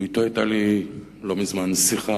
שאתו היתה לי לא מזמן שיחה,